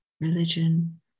religion